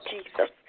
Jesus